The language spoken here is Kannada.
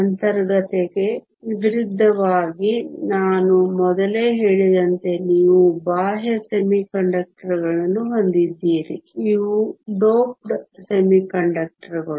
ಅಂತರ್ಗತತೆಗೆ ವಿರುದ್ಧವಾಗಿ ನಾನು ಮೊದಲೇ ಹೇಳಿದಂತೆ ನೀವು ಬಾಹ್ಯ ಅರೆವಾಹಕಗಳನ್ನು ಹೊಂದಿದ್ದೀರಿ ಇವು ಡೋಪ್ಡ್ ಅರೆವಾಹಕಗಳು